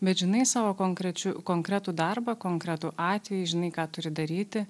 bet žinai savo konkrečiu konkretų darbą konkretų atvejį žinai ką turi daryti